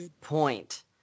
Point